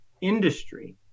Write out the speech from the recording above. industry